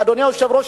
אדוני היושב-ראש,